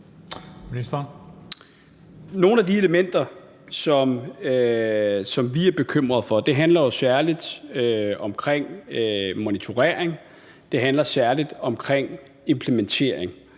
Nogle af de elementer, som vi er bekymret for, handler jo særligt om monitorering, og det